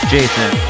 Jason